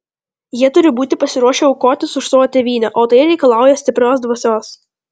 jie turi būti pasiruošę aukotis už savo tėvynę o tai reikalauja stiprios dvasios